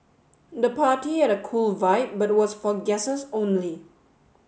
the party had a cool vibe but was for guests only